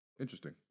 Interesting